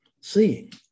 seeing